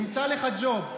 נמצא לך ג'וב.